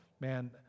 man